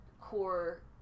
core